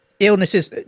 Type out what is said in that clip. Illnesses